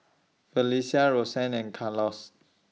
Felecia Rosanne and Carlos